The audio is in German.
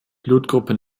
blutgruppe